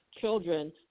children